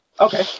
okay